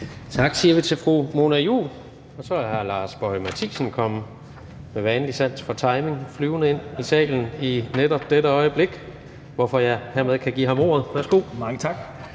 Tak siger vi til fru Mona Juul. Og så er hr. Lars Boje Mathiesen med vanlig sans for timing kommet flyvende ind i salen i netop dette øjeblik, hvorfor jeg hermed kan give ham ordet. Værsgo. Kl.